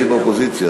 לי אין אופוזיציה,